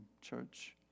church